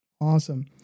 awesome